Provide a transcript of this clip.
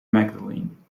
magdalene